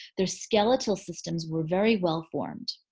their skeletal systems were very well formed.